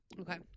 Okay